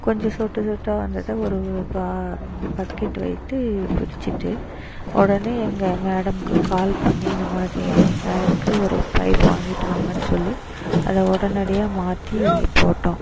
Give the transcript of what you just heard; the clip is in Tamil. கொஞ்சம் சொட்டு சொட்டாக வந்தது ஒரு ப பக்கெட் வைத்து பிடிச்சுட்டு உடனே எங்கள் மேடம்க்கு கால் பண்ணி இந்த மாதிரி ஆயிருக்கு ஒரு பைப் வாங்கிட்டு வாங்கன்னு சொல்லி அதை உடனடியா மாற்றி போட்டோம்